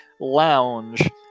lounge